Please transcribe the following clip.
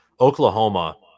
Oklahoma